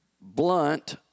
blunt